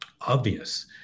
obvious